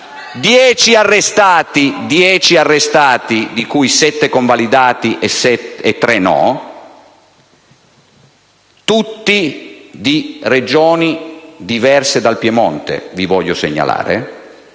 Gruppo M5S).* Dieci arrestati, di cui sette convalidati e tre no, tutti di Regioni diverse dal Piemonte, vi voglio segnalare,